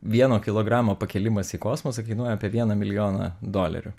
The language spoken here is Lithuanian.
vieno kilogramo pakėlimas į kosmosą kainuoja apie vieną milijoną dolerių